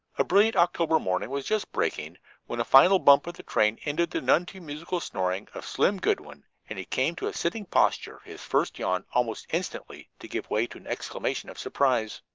a brilliant october morning was just breaking when a final bump of the train ended the none too musical snoring of slim goodwin and he came to a sitting posture, his first yawn almost instantly to give way to an exclamation of surprise.